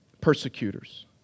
persecutors